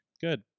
Good